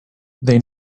they